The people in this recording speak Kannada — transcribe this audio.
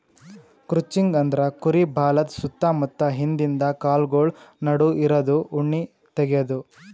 ಕ್ರುಚಿಂಗ್ ಅಂದ್ರ ಕುರಿ ಬಾಲದ್ ಸುತ್ತ ಮುತ್ತ ಹಿಂದಿಂದ ಕಾಲ್ಗೊಳ್ ನಡು ಇರದು ಉಣ್ಣಿ ತೆಗ್ಯದು